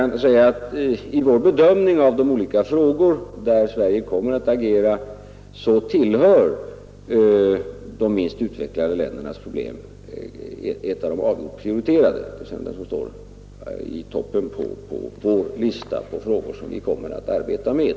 I vår bedömning av de olika frågor där Sverige kommer att agera tillhör de minst utvecklade ländernas problem avgjort de prioriterade. De står i toppen på listan över frågor som vi kommer att arbeta med.